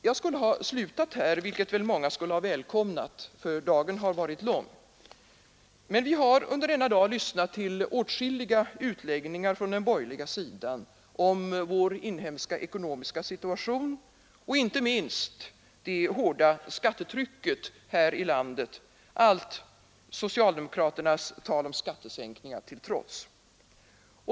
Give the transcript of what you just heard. Jag skulle ha slutat här — vilket väl många skulle ha välkomnat, ty dagen har varit lång — men vi har under denna dag lyssnat till åtskilliga utläggningar från den borgerliga sidan om vår inhemska ekonomiska situation och inte minst om det hårda skattetrycket här i landet, allt socialdemokraternas tal om skattesänkningar till trots.